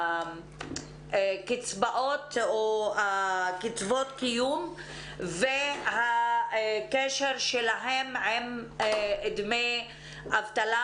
בעניין קצבאות קיום והקשר שלהן עם דמי אבטלה,